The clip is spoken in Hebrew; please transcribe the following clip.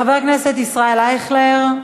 חבר הכנסת ישראל אייכלר,